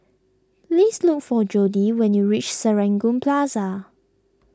please look for Jodie when you reach Serangoon Plaza